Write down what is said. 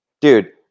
Dude